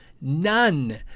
none